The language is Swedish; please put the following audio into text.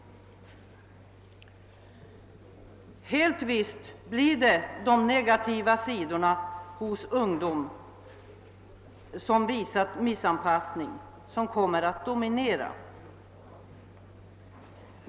Helt visst blir det de negativa sidorna hos ungdom som visat missanpassning som kommer att dominera.